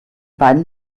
beiden